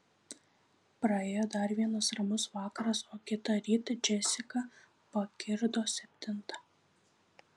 praėjo dar vienas ramus vakaras o kitąryt džesika pakirdo septintą